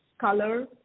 color